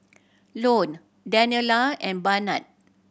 Lone Daniella and Barnard